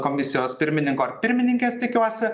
komisijos pirmininko ar pirmininkės tikiuosi